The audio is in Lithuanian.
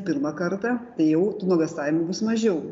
pirmą kartą tai jau tų nuogąstavimų bus mažiau